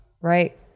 Right